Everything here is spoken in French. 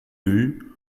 vue